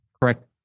correct